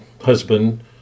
husband